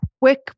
quick